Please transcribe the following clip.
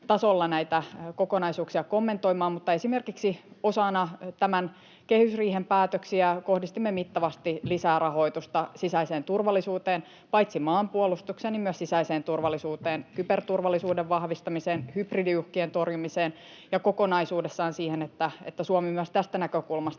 näitä kokonaisuuksia kommentoimaan, mutta esimerkiksi osana tämän kehysriihen päätöksiä kohdistimme mittavasti lisärahoitusta sisäiseen turvallisuuteen, paitsi maanpuolustukseen niin myös sisäiseen turvallisuuteen: kyberturvallisuuden vahvistamiseen, hybridiuhkien torjumiseen ja kokonaisuudessaan siihen, että Suomi myös tästä näkökulmasta